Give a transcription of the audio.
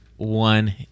one